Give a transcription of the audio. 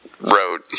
Road